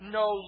no